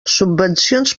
subvencions